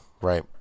right